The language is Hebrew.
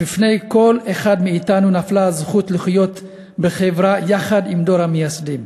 לידי כל אחד מאתנו נפלה הזכות לחיות בחברה יחד עם דור המייסדים.